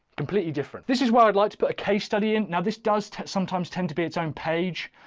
completely different. this is why i'd like to put a case study in now this does sometimes tend to be its own page.